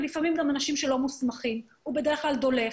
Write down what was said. לפעמים גם אנשים שאינם מוסמכים הוא בדרך כלל דולף.